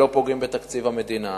שלא פוגעים בתקציב המדינה,